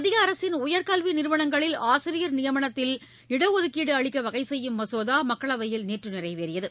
மத்திய அரசின் உயர்கல்வி நிறுவனங்களில் ஆசிரியர் நியமனத்தில் இடஒதுக்கீடு அளிக்க வகைசெய்யும் மசோதா மக்களவையில் நேற்று நிறைவேறியது